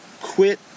quit